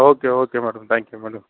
okay okay madam thank you madam